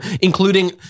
including